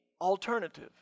alternative